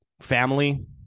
family